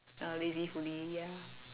uh lazy fully ya